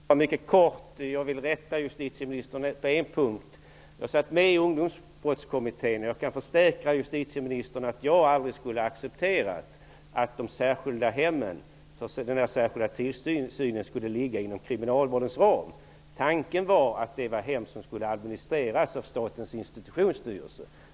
Herr talman! Mycket kort. Jag vill rätta justitieministern på en punkt. Jag satt med i Ungdomsbrottskommittén, och jag kan försäkra justitieministern att jag aldrig skulle ha accepterat att hemmen för den särskilda tillsynen skulle ligga inom kriminalvårdens ram. Tanken var att dessa hem skulle administreras av Statens institutionsstyrelse.